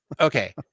Okay